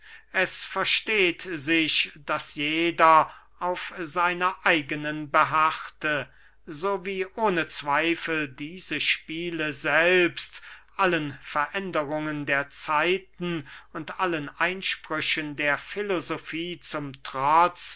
es versteht sich daß jeder auf seiner eigenen beharrte so wie ohne zweifel diese spiele selbst allen veränderungen der zeiten und allen einsprüchen der filosofie zum trotz